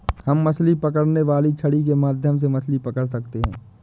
हम मछली पकड़ने वाली छड़ी के माध्यम से मछली पकड़ सकते हैं